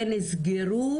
ונסגרו